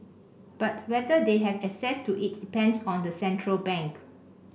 but whether they have access to it depends on the central bank